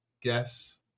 guess